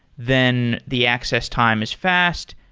then the access time is fast.